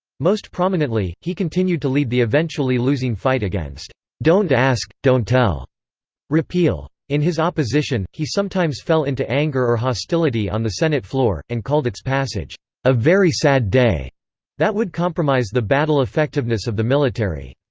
most prominently, he continued to lead the eventually losing fight against don't ask, don't tell repeal. in his opposition, he sometimes fell into anger or hostility on the senate floor, and called its passage a very sad day that would compromise the battle effectiveness of the military.